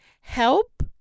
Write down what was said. Help